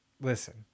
listen